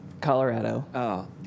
Colorado